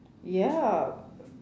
ya